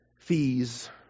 fees